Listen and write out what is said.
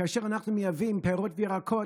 כאשר אנחנו מייבאים פירות וירקות,